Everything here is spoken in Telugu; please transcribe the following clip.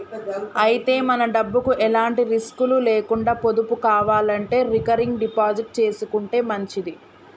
అయితే మన డబ్బుకు ఎలాంటి రిస్కులు లేకుండా పొదుపు కావాలంటే రికరింగ్ డిపాజిట్ చేసుకుంటే మంచిది